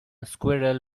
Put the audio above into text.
squirrel